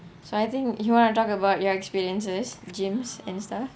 so I think you want to talk about your experiences gyms and stuff